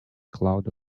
cloud